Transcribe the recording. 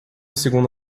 segundo